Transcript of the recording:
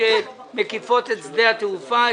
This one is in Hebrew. מקומיות אלה?